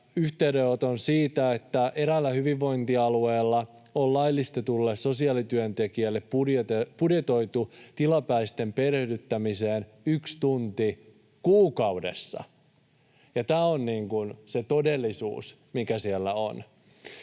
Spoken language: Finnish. yhteydenoton siitä, että eräällä hyvinvointialueella on laillistetulle sosiaalityöntekijälle budjetoitu tilapäisten perehdyttämiseen yksi tunti kuukaudessa. Tämä on se todellisuus, mikä siellä on.